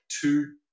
two